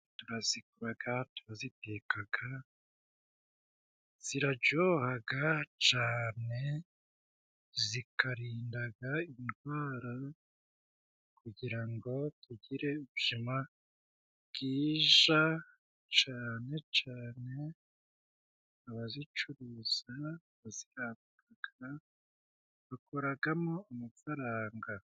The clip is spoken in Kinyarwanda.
Turaziguraga, turazitekaga, zirajohaga cane, zikarindaga indwara kugira ngo tugire ubuzima bwija cane cane, abazicuruza, abaziranguraga bakuragamo amafaranga.